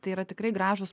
tai yra tikrai gražūs